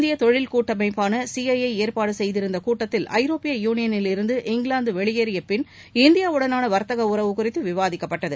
இந்திய தொழில் கூட்டமைப்பான சிஐஐ ஏற்பாடு செய்திருந்த கூட்டத்தில் ஐரோப்பிய யூனியனில் இருந்து இங்கிலாந்து வெளியேறிய பின் இந்தியாவுடனான வர்த்தக உறவு குறித்து விவாதிக்கப்பட்டது